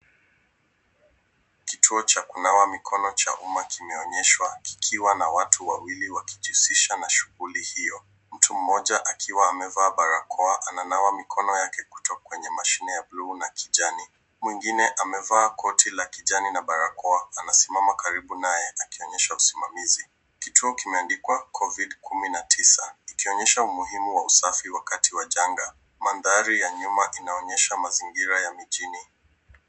Kituo cha kunawa mikono cha umma kimeonyeshwa kikiwa na watu wawili wakijihusisha na shughuli hiyo. Mtu mmoja akiwa amevaa barakoa ananawa mikono yake kutoka kwenye mashine ya buluu na kijani . Mwingine amevaa koti la kijani na barakoa anasimama karibu naye akionyesha usimamizi. Kituo kimeandikwa Covid kumi na tisa, ikionyesha umuhimu wa usafi wakati wa janga. Mandhari ya nyuma inaonyesha mazingira ya mijini.